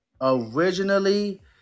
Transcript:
originally